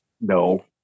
No